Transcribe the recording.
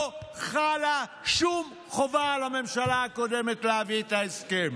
לא חלה שום חובה על הממשלה הקודמת להביא את ההסכם,